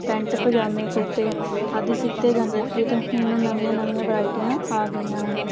pant ਪਜਾਮੇ ਕੁੜਤੇ ਆਦਿ ਸਿਓਂਤੇ ਜਾਂਦੇ ਸੀ ਅਤੇ ਹੁਣ ਨਵੀਆਂ ਨਵੀਆਂ ਵਰਾਇਟੀਆਂ ਆ ਗਈਆਂ ਹਨ